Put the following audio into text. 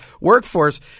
workforce